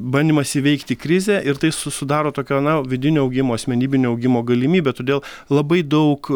bandymas įveikti krizę ir tai su sudaro tokio na vidinio augimo asmenybinio augimo galimybę todėl labai daug